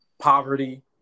poverty